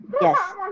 Yes